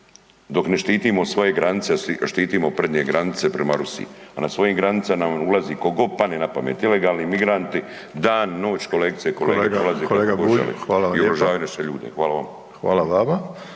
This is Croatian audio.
dok ne štitimo svoje granice, da štitimo prednje granice prema Rusiji a na svojim granicama nam ulazi tko god padne na pamet, ilegalni migranti, dan-noć, kolegice i kolege … …/Upadica Ostojić: Kolega Bulj, hvala vam